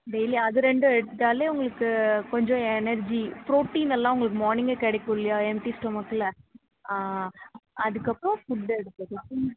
daily அது ரெண்டு எடுத்தாலே உங்களுக்கு கொஞ்சம் எனர்ஜி புரோட்டின் எல்லாம் உங்களுக்கு மார்னிங்கே கிடைக்கும் இல்லையா எம்டி ஸ்டொமக்கில் அதுக்கப்புறம் ஃபுட் எடுத்துக்கலாம்